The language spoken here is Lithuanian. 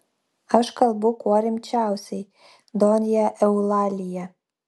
aš kalbu kuo rimčiausiai donja eulalija